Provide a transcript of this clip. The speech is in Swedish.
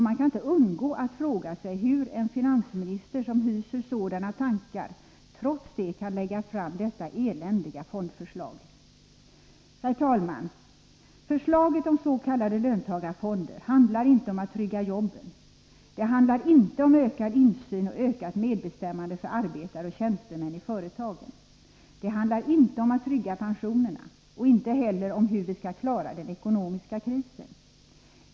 Man kan inte undgå att fråga sig hur en finansminister som hyser sådana tankar trots det kan lägga fram detta eländiga fondförslag. Herr talman! Förslaget om s.k. löntagarfonder handlar inte om att trygga jobben. Det handlar inte om ökad insyn och ökat medbestämmande för arbetare och tjänstemän i företagen. Det handlar inte om att trygga pensionerna och inte heller om hur vi skall klara den ekonomiska krisen.